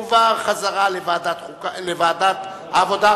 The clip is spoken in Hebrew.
לוועדת העבודה,